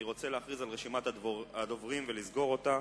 אני רוצה להכריז על רשימת הדוברים ולסגור אותה.